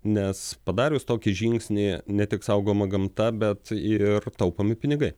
nes padarius tokį žingsnį ne tik saugoma gamta bet ir taupomi pinigai